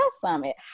Summit